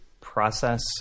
process